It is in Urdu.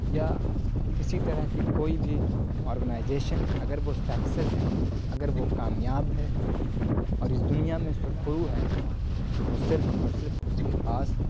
یا اسی طرح کی کوئی بھی آرگنائزیشن اگر وہ سکسیز ہے اگر وہ کامیاب ہے اور اس دنیا میں سرخرو ہے تو وہ صرف اور صرف اس کے پاس